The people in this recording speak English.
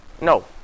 No